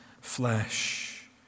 flesh